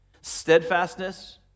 steadfastness